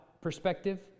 perspective